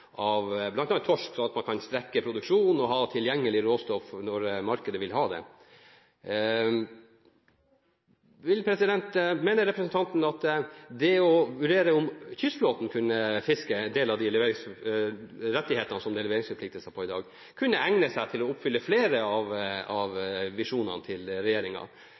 av bl.a. torsk, slik at man kan strekke produksjonen og ha råstoff tilgjengelig når markedet vil ha det – mener representanten at det å vurdere om kystflåten kunne få en del av de rettighetene som det i dag er knyttet leveringsforpliktelser til, kunne egne seg til å oppfylle flere av regjeringens visjoner? Kystflåten kan fiske levende fisk, kystflåten kan levere fersk fisk av